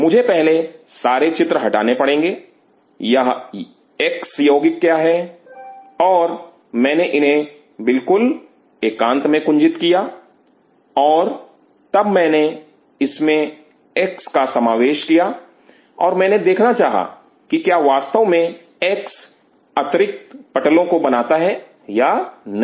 मुझे पहले सारे चित्र हटाने पड़ेंगे यह एक्स यौगिक क्या हैं और मैंने इन्हें बिल्कुल एकांत में कुंजित किया और तब मैंने इसमें एक्स का समावेश किया और मैंने देखना चाहा की क्या वास्तव में एक्स अतिरिक्त पटेलों को बनाता है या नहीं